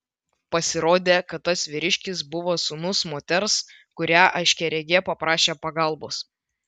pasirodė kad tas vyriškis buvo sūnus moters kurią aiškiaregė paprašė pagalbos